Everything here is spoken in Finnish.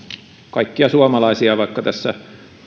kaikkia suomalaisia vaikka tässä